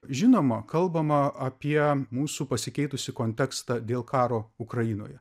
žinoma kalbama apie mūsų pasikeitusį kontekstą dėl karo ukrainoje